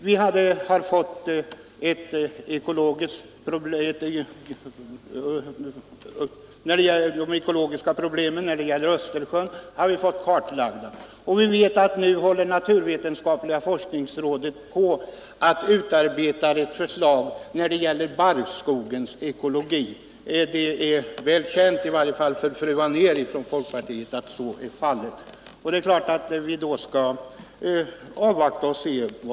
Vi har fått de ekologiska problemen i Östersjön kartlagda, och vi vet att naturvetenskapliga forskningsrådet nu håller på att utarbeta fö slag när det gäller barrskogens ekologi — det är känt i varje fall för fru Anér att så är fallet.